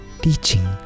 teaching